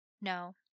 No